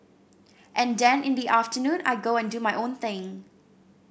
and then in the afternoon I go and do my own thing